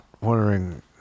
wondering